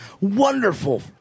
wonderful